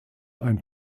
ein